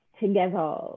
together